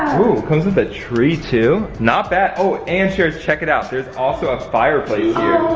comes with a tree too? not bad. oh, and sharers check it out. there's also a fireplace here. oh,